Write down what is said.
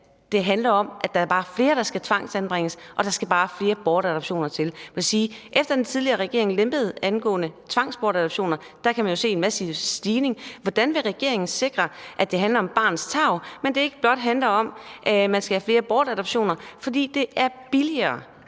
det handler om, at der bare er flere, der skal tvangsanbringes, og at der bare skal flere bortadoptioner til? Efter den tidligere regering lempede med hensyn til tvangsbortadoptioner, har man kunnet se en massiv stigning. Hvordan vil regeringen sikre, at det handler om barnets tarv og ikke blot om, at man skal have flere bortadoptioner, fordi det er billigere